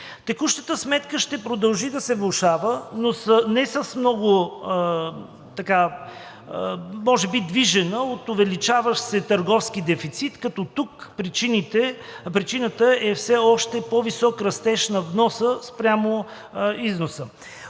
Текущата сметка ще продължи да се влошава, но не с много, може би движена от увеличаващ се търговски дефицит, като тук причината е все още по-висок растеж на вноса спрямо износа.